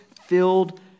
filled